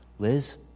Liz